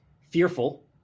fearful